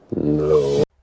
No